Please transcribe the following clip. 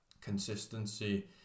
consistency